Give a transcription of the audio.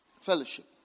fellowship